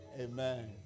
Amen